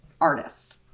artist